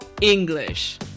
English